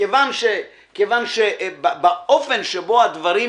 כיוון שבאופן שבו הדברים